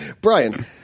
brian